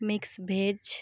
mix veg